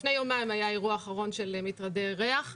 לפני יומיים היה האירוע האחרון של מטרדי ריח.